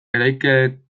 erailketaren